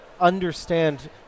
understand